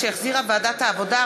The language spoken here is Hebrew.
שהחזירה ועדת העבודה,